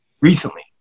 recently